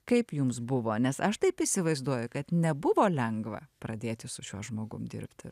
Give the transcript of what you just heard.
kaip jums buvo nes aš taip įsivaizduoju kad nebuvo lengva pradėti su šiuo žmogum dirbti